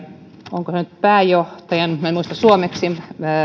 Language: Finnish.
onko se nyt pääjohtajan minä en muista suomeksi